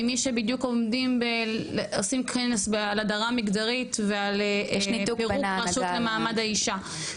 ממה שבדיוק עושים כנס על הדרה מגדרית ועל פירוק רשות למעמד האישה.